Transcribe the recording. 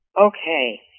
Okay